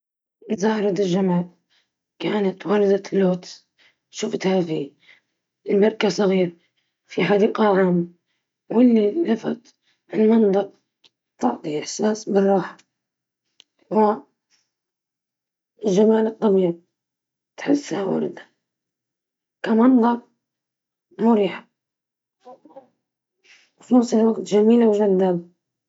الزهرة الأجمل التي رأيتها كانت في حديقة عامة، كانت زهرة اللوتس، كانت جميلة جدًا ومريحة للعين.